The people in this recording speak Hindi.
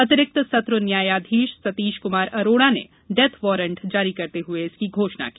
अतिरिक्त सत्र न्यायधीश सतीश कुमार अरोड़ा ने डेथ वारंट जारी करते हुए इसकी घोषणा की